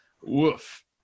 Woof